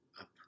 up